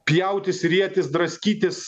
pjautis rietis draskytis